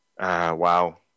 wow